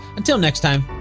until next time,